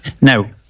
Now